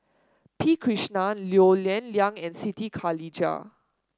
P Krishnan Low Yen Ling and Siti Khalijah